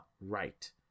right